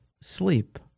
sleep